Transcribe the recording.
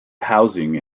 housing